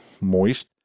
moist